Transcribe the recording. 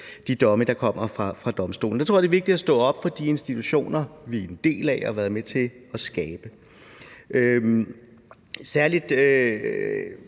de domme, der kommer fra Domstolen. Jeg tror, det er vigtigt at stå op for de institutioner, vi er en del af og har været med til at skabe. Særligt